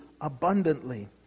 abundantly